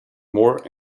more